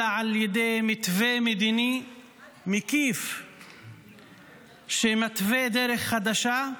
אלא על ידי מתווה מדיני מקיף שמתווה דרך חדשה,